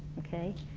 okay?